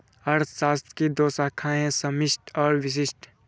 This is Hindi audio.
अर्थशास्त्र की दो शाखाए है समष्टि और व्यष्टि